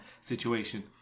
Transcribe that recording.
situation